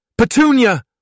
Petunia